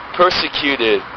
persecuted